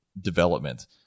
development